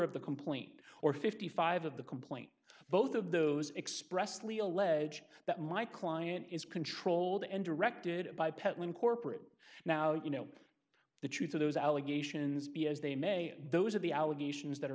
of the complaint or fifty five of the complaint both of those expressly allege that my client is controlled and directed by peddling corporate now you know the truth of those allegations because they may those are the allegations that